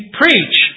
preach